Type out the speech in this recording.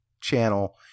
Channel